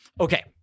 okay